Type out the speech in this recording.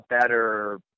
better